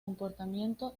comportamiento